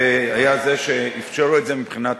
והיה זה שאפשר את זה מבחינה תקציבית.